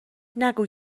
نگو